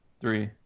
three